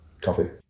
Coffee